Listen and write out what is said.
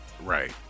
Right